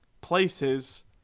places